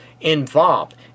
involved